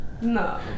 No